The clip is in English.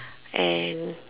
and